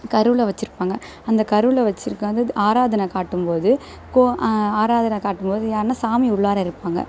கருவில் வச்சுருப்பாங்க அந்த கருவில் வச்சுருக்கறது வந்து ஆராதனை காட்டும் போது கோ ஆராதனை காட்டும்போது யார்னால் சாமி உள்ளார இருப்பாங்க